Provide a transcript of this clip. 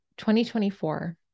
2024